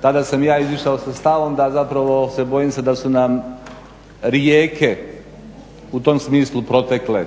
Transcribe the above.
Tada sam ja izišao sa stavom da zapravo se bojim da su nam rijeke u tom smislu protekle.